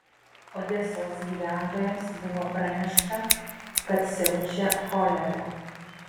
odesos gyventojams buvo pranešta kad siaučia cholera